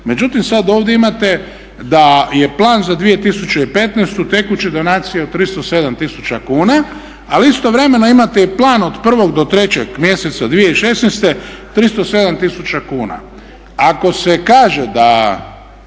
međutim sada ovdje imate da je plan za 2015. tekuće donacije od 307 tisuća kuna. Ali istovremeno imate i plan od 1. do 3. mjeseca 2016. 307 tisuća kuna.